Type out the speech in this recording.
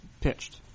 pitched